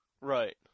Right